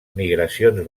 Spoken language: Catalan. migracions